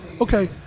Okay